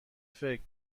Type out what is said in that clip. فکر